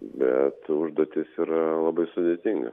bet užduotis yra labai sudėtinga